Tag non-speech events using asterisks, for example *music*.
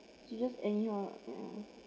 do you just anyhow *noise*